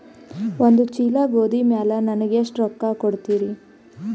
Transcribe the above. ಒಂದ ಚೀಲ ಗೋಧಿ ಮ್ಯಾಲ ನನಗ ಎಷ್ಟ ಕೊಡತೀರಿ?